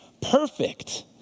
perfect